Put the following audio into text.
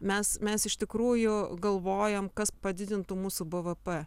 mes mes iš tikrųjų galvojam kas padidintų mūsų bvp